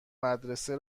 مدرسه